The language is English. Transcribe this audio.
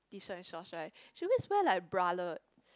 T shirt and shorts right she always wear like bralette